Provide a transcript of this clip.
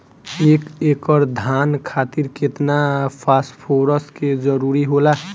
एक एकड़ धान खातीर केतना फास्फोरस के जरूरी होला?